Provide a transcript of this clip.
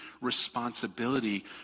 responsibility